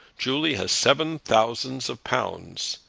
julie has seven thousands of pounds,